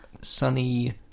sunny